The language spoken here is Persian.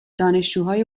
دانشجوهای